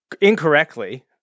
incorrectly